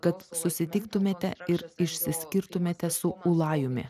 kad susitiktumėte ir išsiskirtumėte su ulajumi